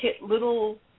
little